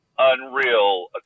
Unreal